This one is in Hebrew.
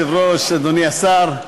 אדוני היושב-ראש, אדוני השר,